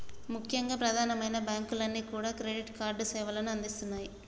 ముఖ్యంగా ప్రధానమైన బ్యాంకులన్నీ కూడా క్రెడిట్ కార్డు సేవలను అందిస్తున్నాయి